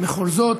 בכל זאת.